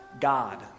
God